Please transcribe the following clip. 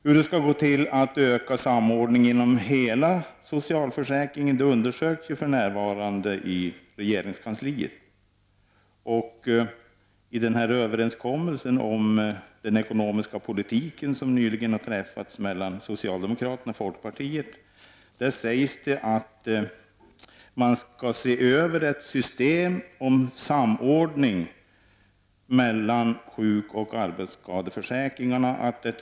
Hur det skall gå till att öka samordningen inom hela socialförsäkringen undersöks för närvarande i regeringskansliet. I överenskommelsen om den ekonomiska politiken, som nyligen har träffats mellan socialdemokraterna och folkpartiet, sägs det att man skall se över ett system om samordning mellan sjukoch arbetsskadeförsäkringarna.